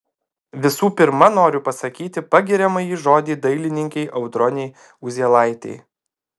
visų pirma noriu pasakyti pagiriamąjį žodį dailininkei audronei uzielaitei